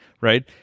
right